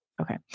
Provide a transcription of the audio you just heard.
Okay